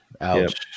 ouch